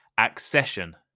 Accession